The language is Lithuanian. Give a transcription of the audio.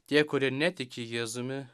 tie kurie netiki jėzumi